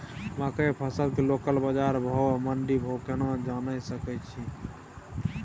मकई फसल के लोकल बाजार भाव आ मंडी भाव केना जानय सकै छी?